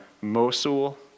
Mosul